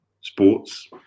sports